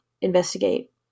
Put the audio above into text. investigate